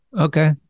okay